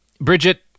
Bridget